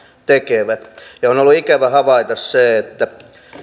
tekevät on ollut ikävä havaita se että